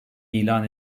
ilan